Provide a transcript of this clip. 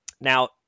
Now